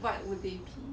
what would they be